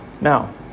now